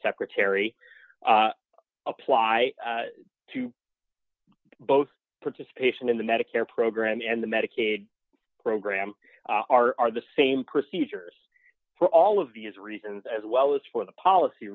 secretary apply to both participation in the medicare program and the medicaid program are the same procedures for all of these reasons as well as for the policy